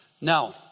Now